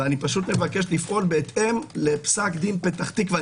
ואני פשוט מבקש לאפשר לפעול על פי פסק דין פתח תקווה.